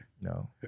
No